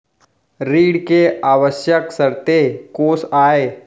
ऋण के आवश्यक शर्तें कोस आय?